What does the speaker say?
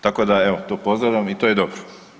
Tako da evo to pozdravljam i to je dobro.